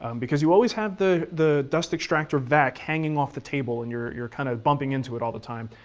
um because you always have the the dust extractor vac hanging off the table and you're you're kind of bumping into it all the time.